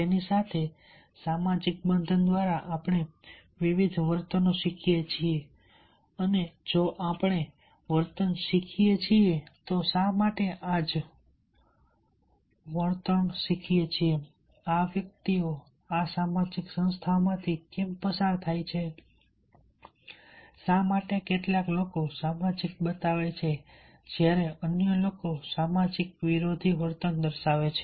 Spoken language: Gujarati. તેની સાથે અને સામાજિક બંધન દ્વારા આપણે વિવિધ વર્તન શીખીએ છીએ અને જો આપણે વર્તન શીખીએ છીએ તો શા માટે આ જ આ વ્યક્તિઓ આ સામાજિક સંસ્થાઓમાંથી કેમ પસાર થાય છે શા માટે કેટલાક લોકો સામાજિક બતાવે છે જ્યારે અન્ય લોકો સામાજિક વિરોધી વર્તન દર્શાવે છે